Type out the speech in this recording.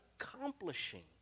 accomplishing